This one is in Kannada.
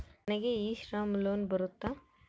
ನನಗೆ ಇ ಶ್ರಮ್ ಲೋನ್ ಬರುತ್ತಾ?